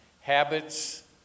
habits